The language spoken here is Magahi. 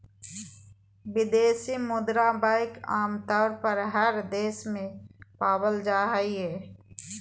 विदेशी मुद्रा बैंक आमतौर पर हर देश में पावल जा हय